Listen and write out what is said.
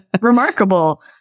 remarkable